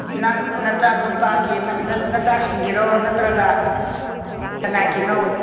ꯅꯪ ꯅꯆꯥꯅꯨꯄꯥꯒꯤ ꯅꯆꯥꯁꯤꯡꯒꯤꯔꯣ ꯅꯠꯇ꯭ꯔꯒ ꯀꯅꯥꯒꯤꯅꯣ